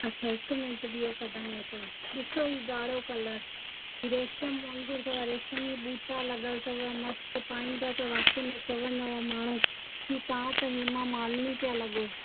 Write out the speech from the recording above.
अछा हिकु मिंट बिहो कढांव थो ॾिसो हीउ ॻाढ़ो कलर ही रेशम वांग़ुरु अथव रेशमी ॿूटा लॻियलु अथव मस्तु पाईंदा त वाक़ई में चवंदव माण्हू ही तव्हां त हेमा मालिनी पिया लॻो